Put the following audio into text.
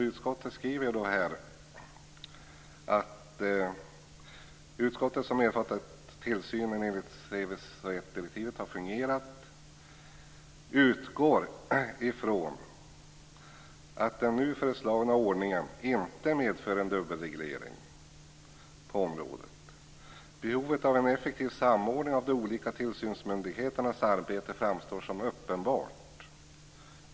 Utskottet skriver: "Utskottet, som erfarit att tillsynen enligt Seveso I-direktivet fungerat väl, utgår i från att den nu föreslagna ordningen inte medför en dubbelreglering på området. Behovet av en effektiv samordning av de olika tillsynsmyndigheternas arbete framstår som uppenbart.